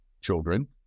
children